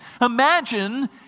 Imagine